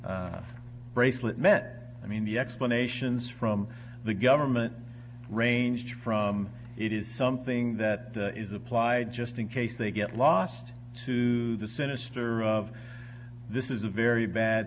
bracelet meant i mean the explanations from the government ranged from it is something that is applied just in case they get lost to the sinister of this is a very bad